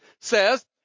says